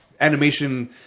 animation